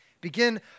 Begin